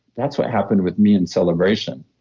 that's what happened with me in celebration.